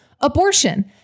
abortion